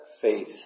faith